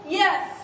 yes